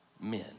men